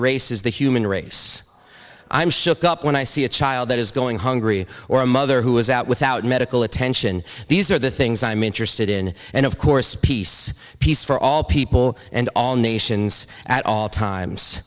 race is the human race i'm shook up when i see a child that is going hungry or a mother who is out without medical attention these are the things i'm interested in and of course peace peace for all people and all nations at all times